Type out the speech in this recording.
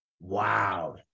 Wow